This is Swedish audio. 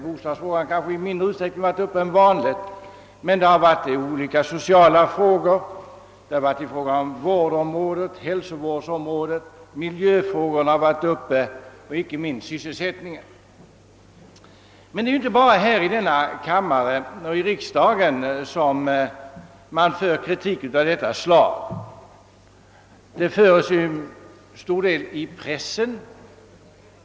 Bostadsfrågan har kanske i mindre utsträckning än vanligt varit uppe till diskussion, men man har tagit upp olika sociala frågor, vårdområdet, hälsovårdsområdet, miljöfrågorna och inte minst sysselsättningen. Det är emellertid inte bara i riksdagen som man framför kritik av detta slag. Den framföres till stor del också i pressen.